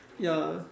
ya